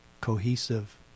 cohesive